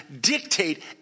dictate